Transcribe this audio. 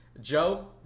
Joe